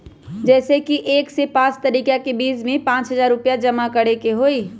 जैसे कि एक से पाँच तारीक के बीज में पाँच हजार रुपया जमा करेके ही हैई?